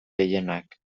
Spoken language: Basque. gehienak